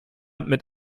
mit